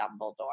Dumbledore